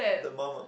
the mum ah